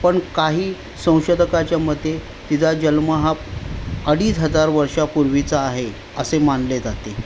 पण काही संशोधकाच्या मते तिचा जल्म हा अडीच हजार वर्षापूर्वीचा आहे असे मानले जाते